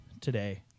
today